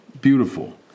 Beautiful